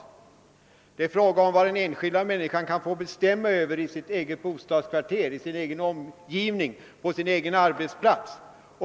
Jo, det är vad den enskilda människan kan få bestämma över i sitt eget bostadskvarter, i sin egen omgivning, på sin egen arbetsplats.